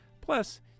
Plus